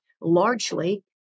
Largely